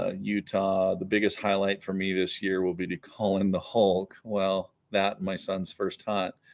ah utah the biggest highlight for me this year will be to call in the hulk well that my son's first hunt